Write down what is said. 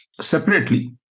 separately